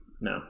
No